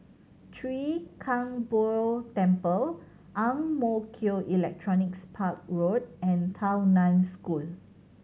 Chwee Kang Beo Temple Ang Mo Kio Electronics Park Road and Tao Nan School